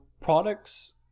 products